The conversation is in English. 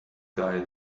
guy